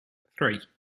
three